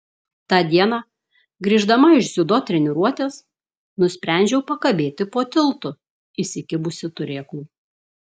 tą dieną grįždama iš dziudo treniruotės nusprendžiau pakabėti po tiltu įsikibusi turėklų